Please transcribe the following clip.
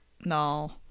no